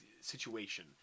situation